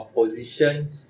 positions